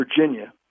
Virginia